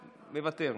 מוותר,